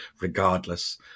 regardless